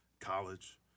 college